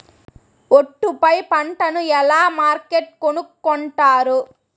ఒట్టు పై పంటను ఎలా మార్కెట్ కొనుక్కొంటారు?